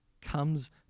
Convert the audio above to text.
comes